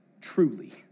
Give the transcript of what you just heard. truly